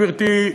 גברתי,